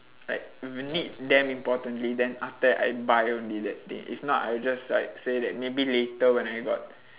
like if you need damn importantly then after that I buy only that thing if not I'll just like say that maybe later when I got